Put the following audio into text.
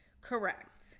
Correct